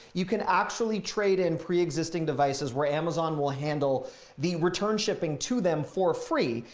you can actually trade in pre existing devices where amazon will handle the return shipping to them for free.